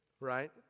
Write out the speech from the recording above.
Right